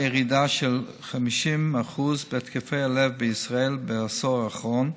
ירידה של 50% בהתקפי הלב בישראל בעשור האחרון.